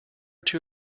too